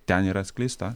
ten yra atskleista